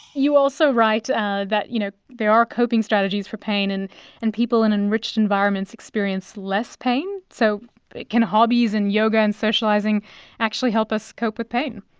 you also write that you know there are coping strategies for pain, and and people in enriched environments experienced less pain. so can hobbies and yoga and socialising actually help us cope with pain?